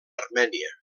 armènia